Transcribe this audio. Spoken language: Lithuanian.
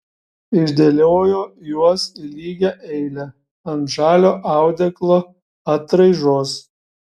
išdėliojo juos į lygią eilę ant žalio audeklo atraižos